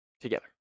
together